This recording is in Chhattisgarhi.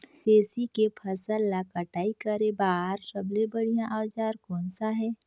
तेसी के फसल ला कटाई करे बार सबले बढ़िया औजार कोन सा हे?